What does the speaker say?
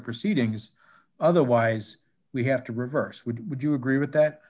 proceedings otherwise we have to reverse would would you agree with that